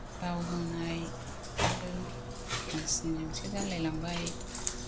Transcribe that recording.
बाव होनायब्लाबो मेचिनजोंसो जालायलांबाय